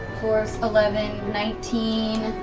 four, eleven, nineteen.